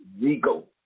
legal